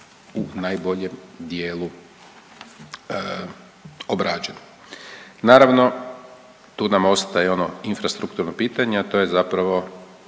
u najboljem dijelu obrađen. Naravno tu nam ostaje i ono infrastrukturno pitanje a to je zapravo